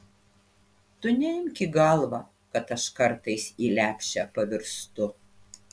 tu neimk į galvą kad aš kartais į lepšę pavirstu